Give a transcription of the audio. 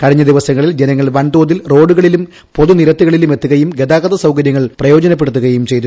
കഴിഞ്ഞ ദിവസങ്ങളിൽ ജനങ്ങൾ വൻതോതിൽ റോഡുകളിലും പൊതുനിരത്തു കളിലും എത്തുകയും ഗത്താ്ട്ടത സൌകര്യങ്ങൾ പ്രയോജനപ്പെടു ത്തുകയും ചെയ്തു